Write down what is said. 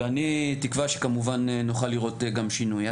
ואני תקווה שכמובן נוכל לראות גם שינוי.